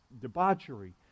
debauchery